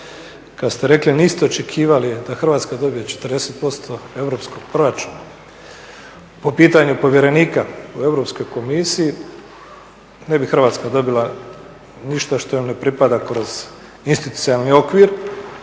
kad ste rekli niste očekivali da Hrvatska dobije 40% europskog proračuna po pitanju povjerenika u Europskoj komisiji, ne bi Hrvatska dobila ništa što joj ne pripada kroz institucionalni okvir,